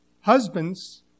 Husbands